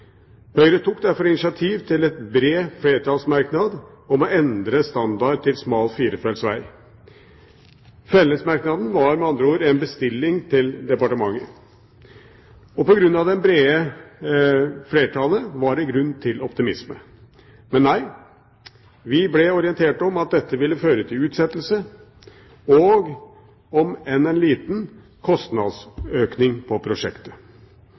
Høyre tok derfor initiativ til en bred flertallsmerknad om å endre standard til smal firefelts veg. Fellesmerknaden var med andre ord en bestilling til departementet. På grunn av det brede flertallet var det grunn til optimisme. Men nei, vi ble orientert om at dette ville føre til utsettelse og en, om enn liten, kostnadsøkning på prosjektet.